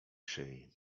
szyi